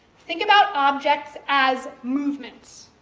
think about objects as movements,